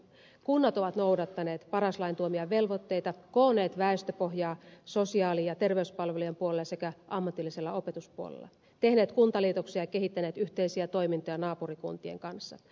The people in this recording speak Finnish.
kunnat ovat noudattaneet paras lain tuomia velvoitteita koonneet väestöpohjaa sosiaali ja terveyspalvelujen puolella sekä ammatillisella opetuspuolella tehneet kuntaliitoksia ja kehittäneet yhteisiä toimintoja naapurikuntien kanssa